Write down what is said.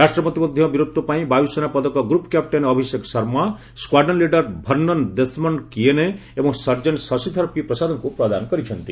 ରାଷ୍ଟ୍ରପତି ମଧ୍ୟ ବୀରତ୍ୱ ପାଇଁ ବାୟୁସେନା ପଦକ group captain Abhishek Sharma squadron leader ଭର୍ଣ୍ଣନ ଦେଶମଣ୍ଡ କିଏନେ ଏବଂ ସର୍ଜେଣ୍ଟ ଶଶୀଧର ପିପ୍ରସାଦଙ୍କୁ ପ୍ରଦାନ କରିଛନ୍ତି